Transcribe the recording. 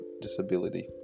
disability